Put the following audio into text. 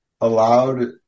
Allowed